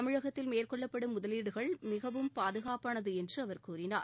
தமிழகத்தில் மேற்கொள்ளப்படும் முதலீடுகள் மிகவும் பாதுகாப்பானது என்று அவர் கூறினார்